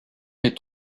les